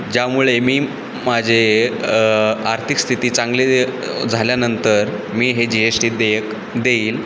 ज्यामुळे मी माझे आर्थिक स्थिती चांगली झाल्यानंतर मी हे जी एश टी देयक देईल